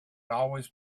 always